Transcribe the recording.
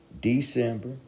December